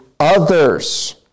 Others